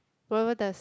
why what does